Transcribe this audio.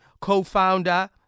co-founder